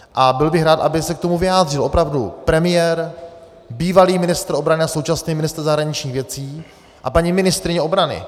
A byl bych rád, aby se k tomu vyjádřil opravdu premiér, bývalý ministr obrany a současný ministr zahraničních věcí a paní ministryně obrany.